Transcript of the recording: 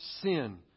sin